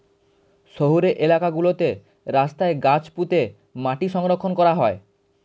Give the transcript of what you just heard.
শহুরে এলাকা গুলোতে রাস্তায় গাছ পুঁতে মাটি সংরক্ষণ করা হয়